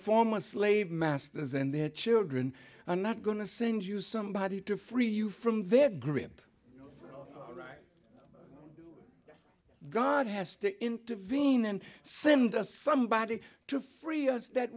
former slave masters and their children are not going to send you somebody to free you from their grip oh god has to intervene and send us somebody to free us that